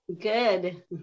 Good